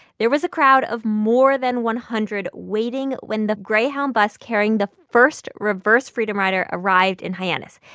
there was a crowd of more than one hundred waiting when the greyhound bus carrying the first reverse freedom rider arrived in hyannis.